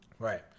Right